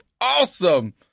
awesome